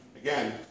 Again